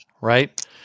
right